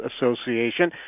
association